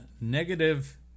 negative